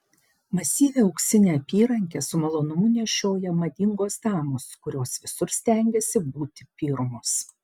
masyvią auksinę apyrankę su malonumu nešioja madingos damos kurios visur stengiasi būti pirmos